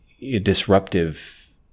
Disruptive